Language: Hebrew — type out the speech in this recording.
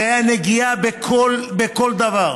זה היה נגיעה בכל דבר.